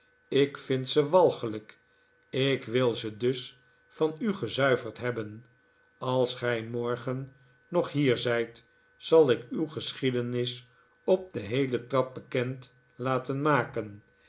ik vind ze walgelijk ik wil ze dus van u gezuiverd hebben als gij morgen nog hier zijt zal ik uw geschiedenis op de heele trap bekend laten maken